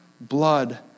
Blood